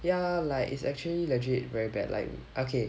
ya like it's actually legit very bad like okay